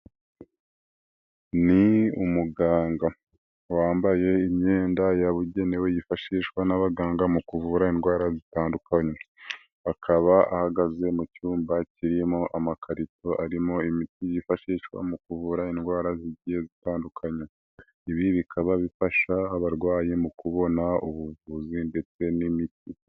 Ni umuganga, wambaye imyenda yabugenewe yifashishwa n'abaganga mu kuvura indwara zitandukanye, akaba ahagaze mu cyumba kirimo amakarito arimo imiti zifashishwa mu kuvura indwara zigiye gutandukanya, ibi bikaba bifasha abarwayi mu kubona ubuvuzi ndetse n'imiti.